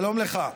שלום לך.